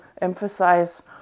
emphasize